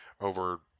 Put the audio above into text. over